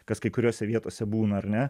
kas kai kuriose vietose būna ar ne